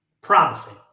promising